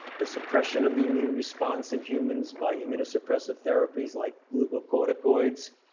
the suppression of the immune response in humans by immunosuppressive therapies like glucocorticoids,